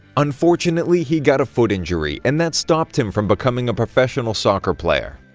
unfortunately, he got a foot injury, and that stopped him from becoming a professional soccer player.